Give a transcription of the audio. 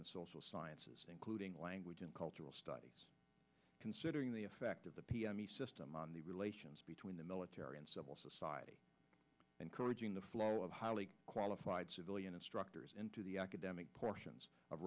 and social sciences including language and cultural studies considering the effect of the system on the relations between the military and civil society encouraging the flow of highly qualified civilian instructors into the academic portions of